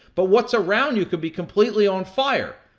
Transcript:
but what's around you could be completely on fire.